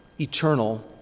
eternal